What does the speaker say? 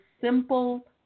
simple